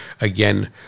again